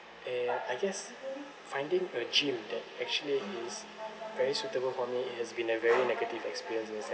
and I guess finding a gym that actually is very suitable for me it has been a very negative experience in the